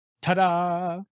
Ta-da